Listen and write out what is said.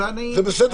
זה בסדר